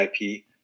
IP